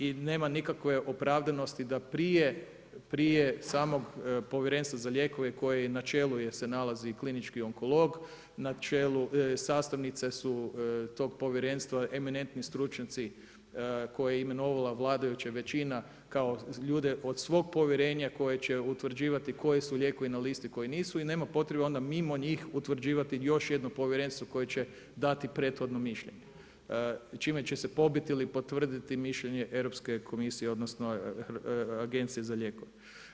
I nema nikakve opravdanosti da prije samog Povjerenstva za lijekove koji je načelu jer se nalazi klinički onkolog, sastavnice su tog povjerenstva eminentni stručnjaci koje je imenovala vladajuća većina kao ljude od svog povjerenja koje će utvrđivati koji su lijekovi na listi, koji nisu i nema potrebe onda mimo njih utvrđivati još jedno povjerenstvo koje će dati prethodno mišljenje, čime će se pobiti ili potvrditi mišljenje Europske komisije, odnosno Agenciji za lijekove.